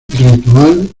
ritual